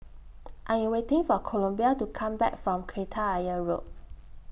I Am waiting For Columbia to Come Back from Kreta Ayer Road